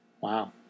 Wow